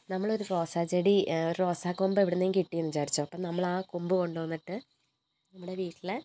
നമ്മളൊരു റോസാച്ചെടി ഒരു റോസാക്കൊമ്പ് എവിടെ നിന്നെങ്കിലും കിട്ടിയെന്ന് വിചാരിച്ചോളൂ അപ്പോൾ നമ്മൾ ആ കൊമ്പ് കൊണ്ടുവന്നിട്ട് നമ്മുടെ വീട്ടിലെ